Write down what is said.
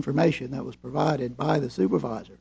information that was provided by the supervisor